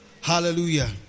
Hallelujah